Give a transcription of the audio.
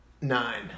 nine